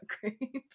great